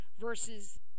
versus